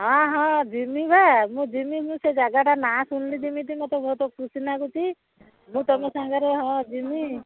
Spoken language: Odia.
ହଁ ହଁ ଯିମିି ବା ମୁଁ ଯିମି ମୁଁ ସେ ଜାଗାଟା ନାଁ ଶୁିଣିଲି ଯିମିତି ମୋତେ ବହୁତ ଖୁସି ନାଗୁଚି ମୁଁ ତମ ସାଙ୍ଗରେ ହଁ ଯିମି